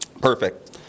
perfect